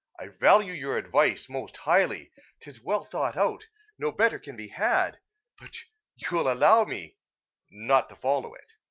i value your advice most highly tis well thought out no better can be had but you'll allow me not to follow it.